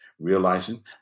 realizing